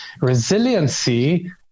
resiliency